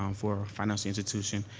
um for financial institution,